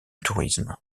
tourisme